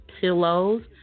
pillows